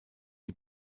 die